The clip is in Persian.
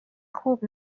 خوب